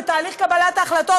בתהליך קבלת ההחלטות.